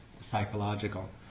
psychological